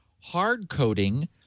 hard-coding